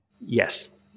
Yes